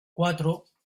cuatro